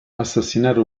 assassinare